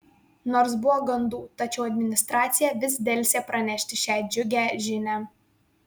nors buvo gandų tačiau administracija vis delsė pranešti šią džiugią žinią